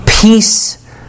peace